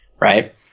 right